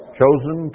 chosen